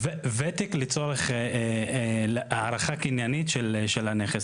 ותק לצורך הערכה קניינית של הנכס.